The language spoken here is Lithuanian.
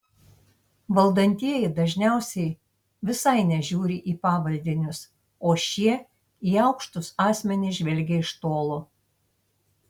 valdantieji dažniausiai visai nežiūri į pavaldinius o šie į aukštus asmenis žvelgia iš tolo